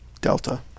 Delta